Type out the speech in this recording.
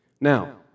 Now